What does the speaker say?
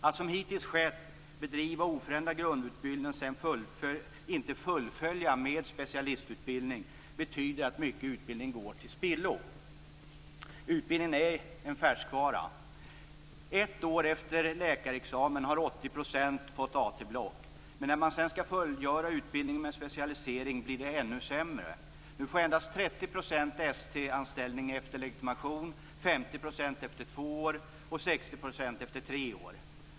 Att som hittills bedriva oförändrad grundutbildning och sedan inte fullfölja med specialistutbildning betyder att mycket utbildning går till spillo. Utbildningen är en färskvara. Ett år efter läkarexamen har 80 % fått AT-block, men när man sedan skall fullfölja utbildningen med specialisering blir det ännu sämre. Nu får endast 30 % ST-anställning ett år efter legitimation, 50 % efter två år och 60 % efter tre år.